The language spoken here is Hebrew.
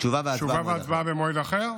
תשובה והצבעה במועד אחר?